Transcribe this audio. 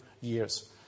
years